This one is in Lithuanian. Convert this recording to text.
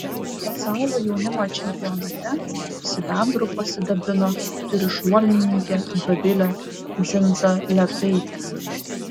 pasaulio jaunimo čempionate sidabru pasidabino trišuolininkė dovilė dzindzaletaitė